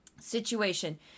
situation